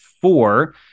four